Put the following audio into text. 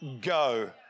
go